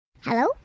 Hello